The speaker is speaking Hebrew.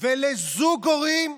ולזוג הורים,